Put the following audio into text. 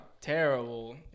terrible